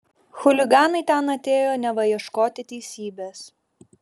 chuliganai ten atėjo neva ieškoti teisybės